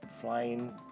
Flying